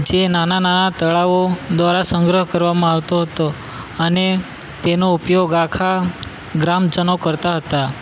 જે નાના નાના તળાવો દ્વારા સંગ્રહ કરવામાં આવતો હતો અને તેનો ઉપયોગ આખા ગ્રામજનો કરતા હતા